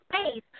space